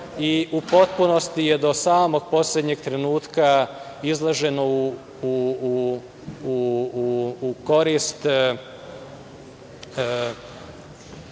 i u potpunosti je do samog poslednjeg trenutka, izloženo u korist